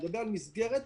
אני מדברת על מסגרת